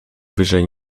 wyżej